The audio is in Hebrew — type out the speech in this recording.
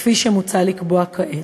כפי שמוצע לקבוע כעת.